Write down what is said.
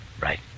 Right